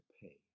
pay